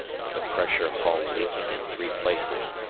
with the pressure hull leaking in three places,